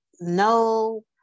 no